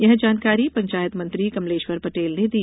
यह जानकारी पंचायत मंत्री कमलेश्वर पटेल ने दी